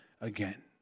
again